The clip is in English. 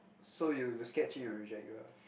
so you you scared Jun-Yi will reject you ah